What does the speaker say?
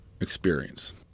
experience